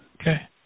Okay